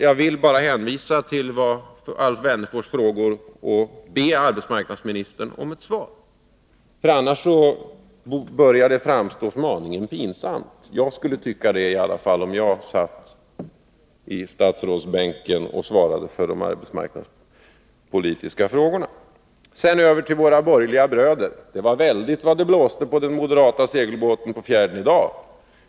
Jag vill bara hänvisa till Alf Wennerfors frågor och be arbetsmarknadsministern om svar. Om det inte kommer något börjar det framstå som aningen pinsamt för arbetsmarknadsministern; i varje fall skulle jag tycka det om jag satt i stadsrådsbänken och svarade för de arbetsmarknadspolitiska frågorna. Så över till våra borgerliga bröder. Det var väldigt vad de blåste på den ”moderata skutan” på fjärden i dag!